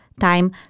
time